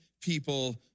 people